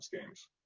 games